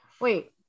Wait